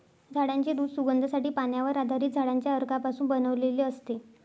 झाडांचे दूध सुगंधासाठी, पाण्यावर आधारित झाडांच्या अर्कापासून बनवलेले असते